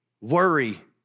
worry